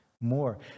more